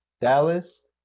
Dallas